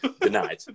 denied